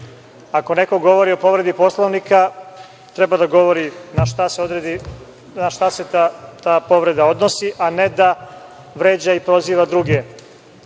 ako neko govori o povredi Poslovnika, treba da govori na šta se ta povreda odnosi, a ne da vređa i proziva druge